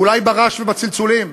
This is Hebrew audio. אולי ברעש וצלצולים.